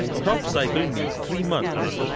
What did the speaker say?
crop cycle needs three months.